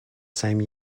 same